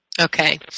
Okay